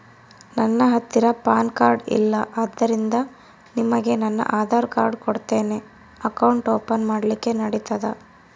ನನ್ನ ಹತ್ತಿರ PAN card ಇಲ್ಲ ಆದ್ದರಿಂದ ನಿಮಗೆ ನನ್ನ ಆಧಾರ್ ಕಾರ್ಡ್ ಕೊಡ್ತೇನಿ ಅಕೌಂಟ್ ಓಪನ್ ಮಾಡ್ಲಿಕ್ಕೆ ನಡಿತದಾ?